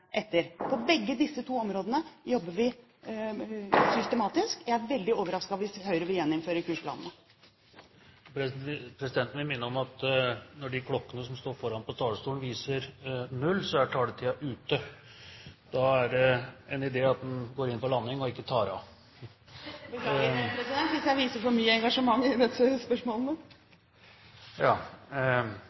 etter. På begge disse to områdene jobber vi systematisk. Jeg er veldig overrasket hvis Høyre vil gjeninnføre kursplanene. Presidenten vil minne om at når klokken som står foran på talerstolen, viser null, så er taletiden ute. Da er det en idé at en går inn for landing, og ikke tar av. Beklager, president, hvis jeg viser for mye engasjement i dette spørsmålet. Det